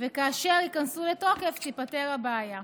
וכאשר ייכנסו לתוקף תיפתר הבעיה.